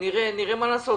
נראה מה נעשה.